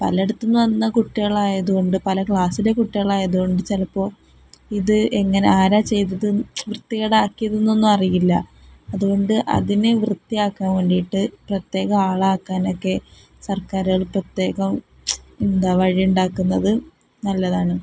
പലേടത്തുനിന്നു വന്ന കുട്ടികളായതു കൊണ്ട് പല ക്ലാസ്സിലെ കുട്ടികളായതുകൊണ്ടു ചിലപ്പോള് ഇത് എങ്ങനെ ആരാണു ചെയ്തത് വൃത്തികേടാക്കിയത് എന്നൊന്നും അറിയില്ല അതുകൊണ്ട് അതിനെ വൃത്തിയാക്കാൻ വേണ്ടിയിട്ടു പ്രത്യേകം ആളാക്കാനൊക്കെ സർക്കാരുകൾ പ്രത്യേകം എന്താണ് വഴി ഉണ്ടാക്കുന്നതു നല്ലതാണ്